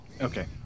Okay